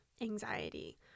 anxiety